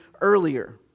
earlier